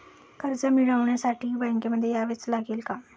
कर्ज मिळवण्यासाठी बँकेमध्ये यावेच लागेल का?